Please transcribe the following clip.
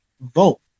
vote